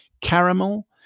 Caramel